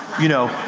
you know,